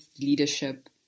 leadership